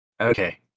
Okay